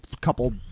couple